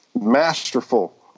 masterful